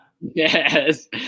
Yes